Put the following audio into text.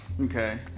Okay